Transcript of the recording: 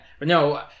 no